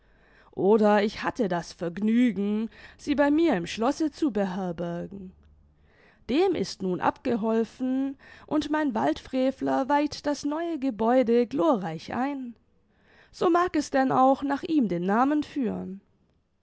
oder ich hatte das vergnügen sie bei mir im schlosse zu beherbergen dem ist nun abgeholfen und mein waldfrevler weiht das neue gebäude glorreich ein so mag es denn auch nach ihm den namen führen